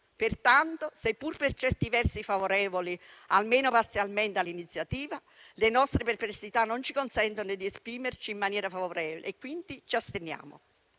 Pertanto, seppur per certi versi favorevoli, almeno parzialmente, all'iniziativa, le nostre perplessità non ci consentono di esprimerci in maniera favorevole e quindi ci asteniamo.